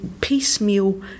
piecemeal